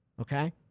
okay